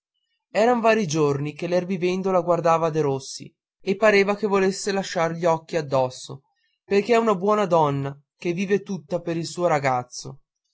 eran vari giorni che l'erbivendola guardava derossi e pareva gli volesse lasciar gli occhi addosso perché è una buona donna che vive tutta per il suo ragazzo